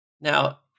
Now